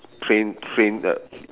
train train the